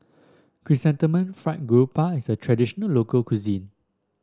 Chrysanthemum Fried Garoupa is a traditional local cuisine